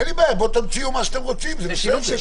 אין לי בעיה, בואו תמציאו מה שאתם רוצים, זה בסדר.